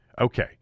Okay